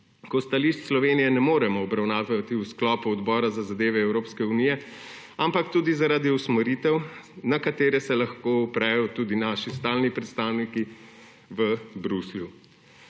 da stališč Slovenije ne moremo obravnavati v sklopu Odbora za zadeve Evropske unije, ampak tudi zaradi usmeritev, na katere se lahko oprejo tudi naši stalni predstavniki v Bruslju.